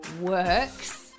works